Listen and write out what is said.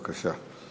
בבקשה.